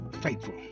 faithful